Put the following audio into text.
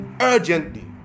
urgently